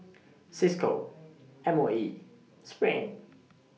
CISCO M O E SPRING